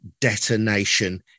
detonation